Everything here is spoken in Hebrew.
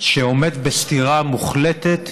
שעומד בסתירה מוחלטת,